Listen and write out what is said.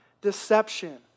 deception